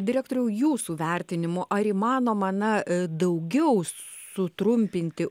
direktoriau jūsų vertinimu ar įmanoma na daugiau sutrumpinti